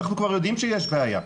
אנחנו כבר יודעים שיש בעיה,